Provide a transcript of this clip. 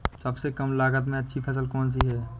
सबसे कम लागत में अच्छी फसल कौन सी है?